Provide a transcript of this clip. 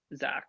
Zach